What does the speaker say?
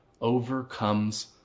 overcomes